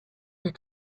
des